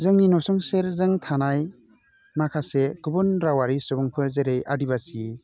जोंनि नसुंसेजों थानाय माखासे गुबुन रावआरि सुबुंफोर जेरै आदिबासि